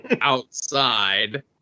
outside